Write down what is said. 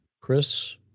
Chris